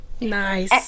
nice